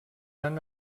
han